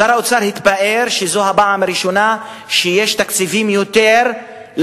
שר האוצר התפאר שזו הפעם הראשונה שיש יותר תקציבים לחינוך.